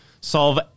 solve